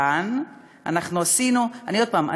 עוד פעם,